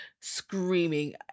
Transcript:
screaming